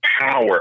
power